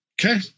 Okay